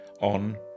on